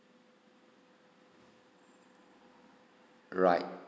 right